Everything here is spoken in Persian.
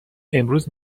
امروز